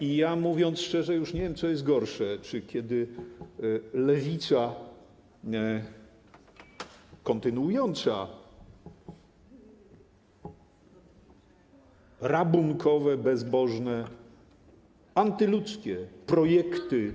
I ja, mówiąc szczerze, już nie wiem, co jest gorsze - czy kiedy Lewica, kontynuująca rabunkowe, bezbożne, antyludzkie projekty.